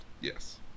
yes